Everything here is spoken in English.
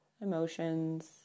emotions